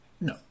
No